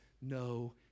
no